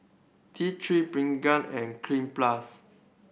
T Three Pregain and Cleanz Plus